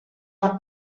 per